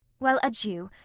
well adieu,